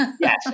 Yes